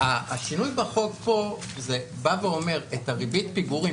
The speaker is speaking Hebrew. השינוי בחוק פה אומר שאת ריבית הפיגורים,